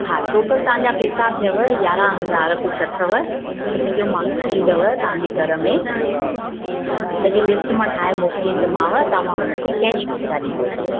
हा टोटल तव्हां जा पेसा थियव यारहं हज़ार कुझु अथव मुंहिंजो माण्हूं ईंदव तव्हां जे घर में हे सॼी लिस्ट मां ठाहे मोकिलींदीमांव तव्हां हुन खे कैश पेसा ॾिजो हुते